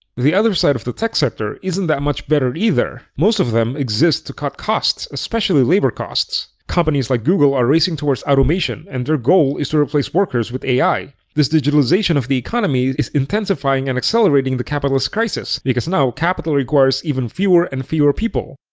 the other side of the tech sector isn't that much better either. most of them exist to cut costs, especially labor costs. companies like google are racing towards automation, and their goal is to replace workers with ai. this digitalization of the economy is intensifying and accelerating the capitalist crisis because now capital requires even fewer and fewer people,